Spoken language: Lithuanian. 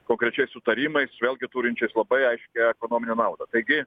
konkrečiais sutarimais vėlgi turinčiais labai aiškią ekonominę naudą taigi